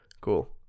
Cool